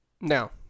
now